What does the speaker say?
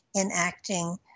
enacting